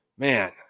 Man